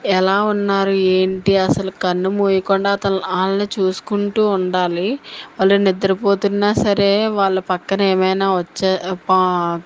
ఎలా ఉన్నారు ఏంటి అసలు కన్నుమూయకుండా అతను వాళ్ళని చూసుకుంటు ఉండాలి వాళ్ళు నిద్రపోతున్న సరే వాళ్ళ పక్కన ఏమైన వచ్చే పా